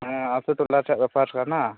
ᱦᱮᱸ ᱟᱹᱛᱩ ᱴᱚᱞᱟ ᱥᱮᱫ ᱵᱮᱯᱟᱨ ᱠᱟᱱᱟ